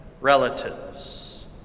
relatives